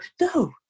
no